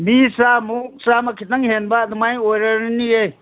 ꯃꯤ ꯆꯥꯝꯃꯨꯛ ꯆꯥꯝꯃ ꯈꯤꯇꯪ ꯍꯦꯟꯕ ꯑꯗꯨꯃꯥꯏꯅ ꯑꯣꯏꯔꯔꯅꯤꯌꯦ